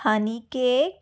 honey cake